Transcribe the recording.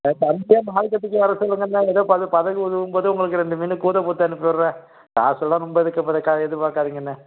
ஆ ஃபங்கே மார்க்கெட்டு வர்றப்போ ஏதோ படகு படகு உடுவும் போது உங்களுக்கு ரெண்டு மீன் கூட போட்டு அனுப்பி விட்றேன் காசெல்லாம் ரொம்ப எதிர்க்க பார் எதிர்பார்க்காதீங்கண்ணே